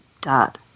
Dot